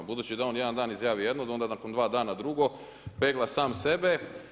Budući da on jedan dan izjavi jedno, onda nakon dva dana drugo, pegla sam sebe.